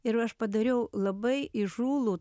ir aš padariau labai įžūlų